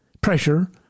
pressure